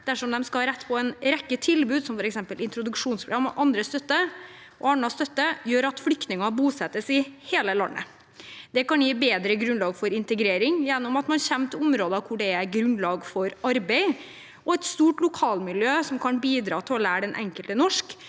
dersom de skal ha rett på en rekke tilbud som f.eks. introduksjonsprogram og annen støtte – gjør at flyktninger bosettes i hele landet. Det kan gi bedre grunnlag for integrering gjennom at man kommer til områder hvor det er grunnlag for arbeid, og hvor det er et stort lokalmiljø som kan bidra til å lære den enkelte norsk